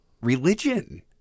religion